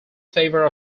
favor